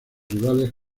rivales